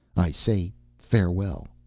i say farewell.